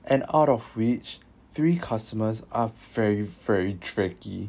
and out of which three customers are very very tricky